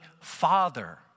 father